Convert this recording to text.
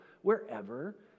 wherever